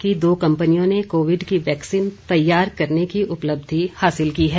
देश की दो कम्पनियों ने कोविड की वैक्सीन तैयार करने की उपलब्धि हासिल की है